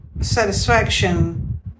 satisfaction